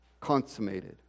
consummated